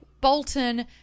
Bolton